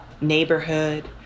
neighborhood